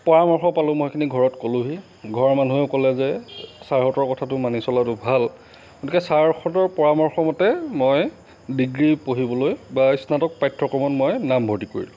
পৰামৰ্শ পালোঁ মই সেইখিনি ঘৰত ক'লোহি ঘৰৰ মানুহেও ক'লে যে ছাৰহঁতৰ কথাটো মানি চলাটো ভাল গতিকে ছাৰহঁতৰ পৰামৰ্শমতে মই ডিগ্ৰী পঢ়িবলৈ বা স্নাতক পাঠ্যক্ৰমত মই নামভৰ্তি কৰিলোঁ